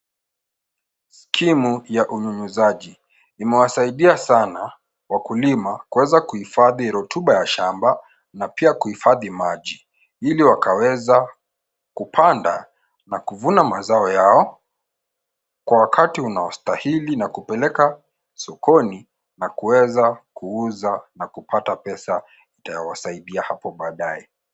Skimu ya unyunyuzaji. Imewasaidia sana wakulima kuweza kuhifadhi rotuba ya shamba na pia kuhifadhi maji, ili wakaweza kupanda na kuvuna mazao yao kwa wakati unaostahili na kupeleka sokoni na kuweza kuuza na kupata pesa itayowasaidia hapo baadae.